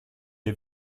est